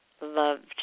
loved